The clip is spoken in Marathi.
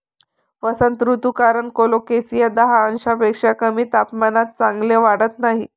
वसंत ऋतू कारण कोलोकेसिया दहा अंशांपेक्षा कमी तापमानात चांगले वाढत नाही